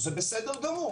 בסדר גמור.